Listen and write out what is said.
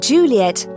Juliet